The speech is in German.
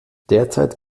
derzeit